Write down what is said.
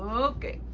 okay.